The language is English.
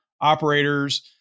operators